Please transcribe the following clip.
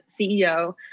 CEO